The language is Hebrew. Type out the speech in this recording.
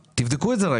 תבדקו את זה.